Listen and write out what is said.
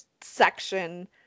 section